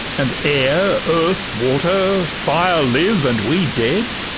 and air earth water fire live and we dead?